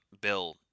Bill